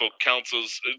council's